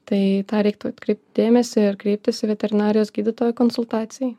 tai į tą reiktų atkreipt dėmesį ir kreiptis į veterinarijos gydytoją konsultacijai